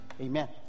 Amen